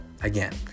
again